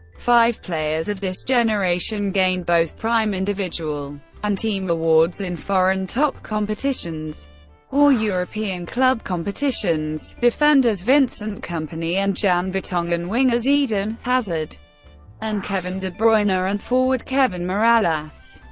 five players of this generation gained both prime individual and team awards in foreign top competitions or european club competitions defenders vincent kompany and jan vertonghen, wingers eden hazard and kevin de bruyne, and forward kevin mirallas.